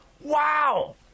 Wow